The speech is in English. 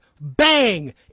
bang